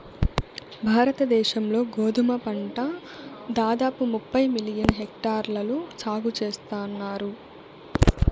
భారత దేశం లో గోధుమ పంట దాదాపు ముప్పై మిలియన్ హెక్టార్లలో సాగు చేస్తన్నారు